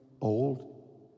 old